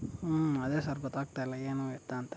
ಹ್ಞೂ ಅದೇ ಸರ್ ಗೊತ್ತಾಗ್ತಾ ಇಲ್ಲ ಏನು ಎತ್ತ ಅಂತ